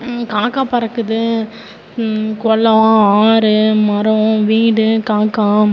காக்கா பறக்குது குளம் ஆறு மரம் வீடு காக்கா